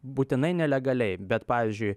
būtinai nelegaliai bet pavyzdžiui